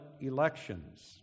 elections